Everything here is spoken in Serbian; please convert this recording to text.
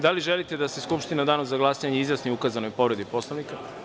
Da li želite da se skupština u Danu za glasanje izjasni o ukazanoj povredi Poslovnika?